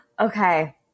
Okay